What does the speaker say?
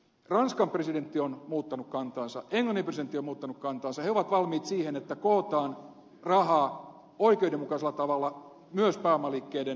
ranskan presidentti on muuttanut kantaansa englannin presidentti on muuttanut kantaansa he ovat valmiit siihen että kootaan rahaa oikeudenmukaisella tavalla myös pääomaliikkeitä verottamalla